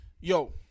yo